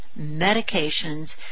medications